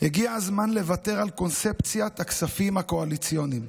הגיע הזמן לוותר על קונספציית הכספים הקואליציוניים.